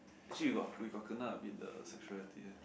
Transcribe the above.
actually we got we got kind a a bit the sexuality